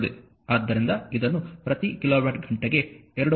ಆದ್ದರಿಂದ ಇದನ್ನು ಪ್ರತಿ ಕಿಲೋವ್ಯಾಟ್ ಘಂಟೆಗೆ 2